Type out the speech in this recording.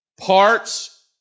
parts